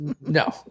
No